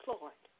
Lord